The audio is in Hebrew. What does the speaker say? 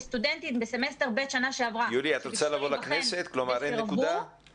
וסטודנטים שבסמסטר ב' שנה שעברה ביקשו להיבחן וסירבו,